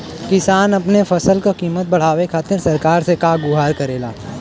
किसान अपने फसल क कीमत बढ़ावे खातिर सरकार से का गुहार करेला?